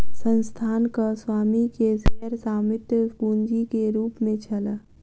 संस्थानक स्वामी के शेयर स्वामित्व पूंजी के रूप में छल